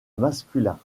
masculin